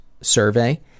survey